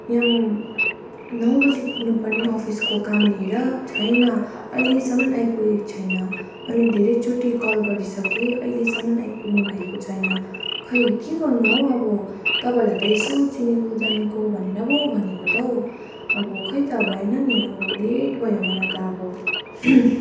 यहाँ म नौ बजी पुग्नु पर्ने अफिसको काम लिएर छैन अहिलेसम्म आइपुगेको छैन अनि धेरै चोटि कल गरिसकेँ अहिलेसम्म आइपुग्नु भएको छैन खै के गर्नु हौ अब तपाईँहरूलाई त यसो चिनेको जानेको भनेर पो भनेको त हौ अब खै त भएन नि अब लेट भयो मलाई त अब